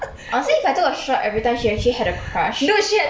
honestly if I took a shot every time she actually had a crush